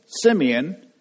Simeon